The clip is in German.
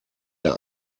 der